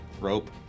rope